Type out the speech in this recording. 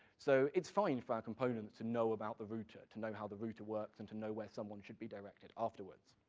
so it's fine for our components to know about the router, to know how the router works and to know where someone should be directed afterwards.